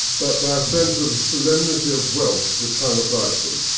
but but a sense of the solemnity of wealth which hung about them.